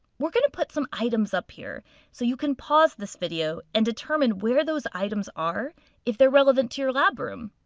we're going to put some items up here so you can pause this video and determine where those items are if they're relevant to your lab room.